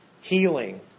healing